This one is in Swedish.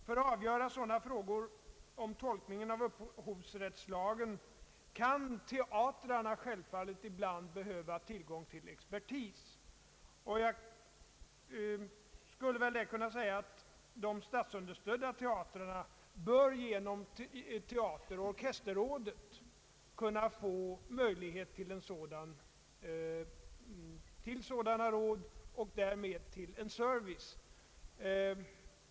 För avgörande av frågor om tolkning av upphovsrättslagen kan teatrarna självfallet ibland behöva tillgång till expertis. Jag skulle väl kunna säga att de statsunderstödda teatrarna bör genom teateroch orkesterrådet kunna få möjlighet att inhämta sådana råd och därmed få en service.